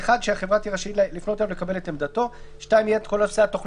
1) שהחברה תהיה רשאית לפנות אליו כדי לקבל את עמדתו.